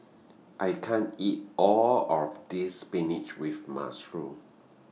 I can't eat All of This Spinach with Mushroom